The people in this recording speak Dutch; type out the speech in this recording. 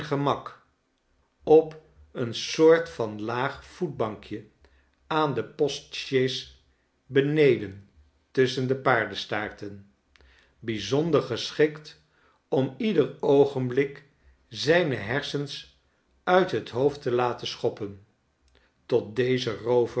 gemak op een soort van laag voetbankje aan de postsjees beneden tusschen de paardenstaarten bijzonder geschikt om ieder oogenblik zijne hersens uit het hoofd te laten schoppen tot dezen roover